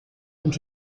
und